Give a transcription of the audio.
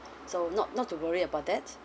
so not not to worry about that